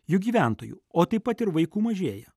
juk gyventojų o taip pat ir vaikų mažėja